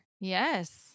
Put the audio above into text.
Yes